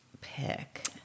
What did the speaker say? pick